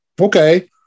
Okay